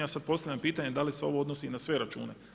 Ja sad postavljam pitanje, da li se ovo odnosi i na sve račune?